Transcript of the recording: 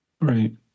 Right